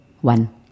One